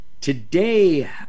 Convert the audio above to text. Today